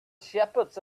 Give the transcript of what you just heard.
shepherds